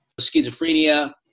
schizophrenia